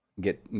get